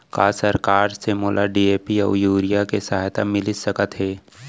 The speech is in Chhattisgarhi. का सरकार से मोला डी.ए.पी अऊ यूरिया के सहायता मिलिस सकत हे?